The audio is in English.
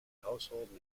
household